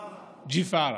ג'יפארא.